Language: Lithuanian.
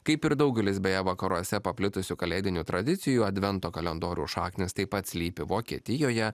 kaip ir daugelis beje vakaruose paplitusių kalėdinių tradicijų advento kalendoriaus šaknys taip pat slypi vokietijoje